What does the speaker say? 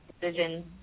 decision